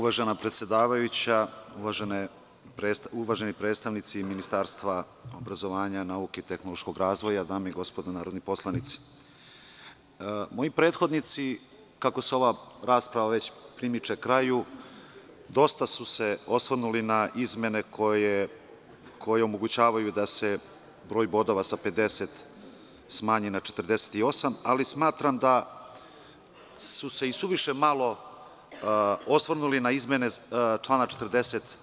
Uvažena predsedavajuća, uvaženi predstavnici Ministarstva obrazovanja, nauke i tehnološkog razvoja, dame i gospodo narodni poslanici, moji prethodnici, kako se ova rasprava već primiče kraju, dosta su se osvrnuli na izmene koje omogućavaju da se broj bodova sa 50 smanji na 48, ali smatram da su se i suviše malo osvrnuli na izmene člana 40.